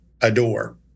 adore